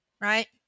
right